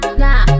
nah